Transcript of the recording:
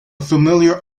familiar